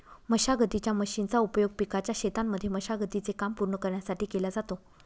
मशागतीच्या मशीनचा उपयोग पिकाच्या शेतांमध्ये मशागती चे काम पूर्ण करण्यासाठी केला जातो